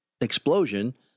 explosion